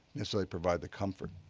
so they provide the comfort.